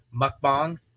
Mukbang